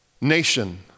nation